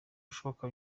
ibishoboka